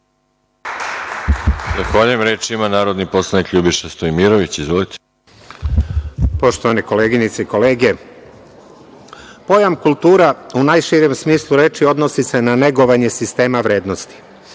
pojam kultura u najširem smislu reči odnosi se na negovanje sistema vrednosti